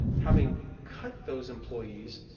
having cut those employees,